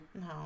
No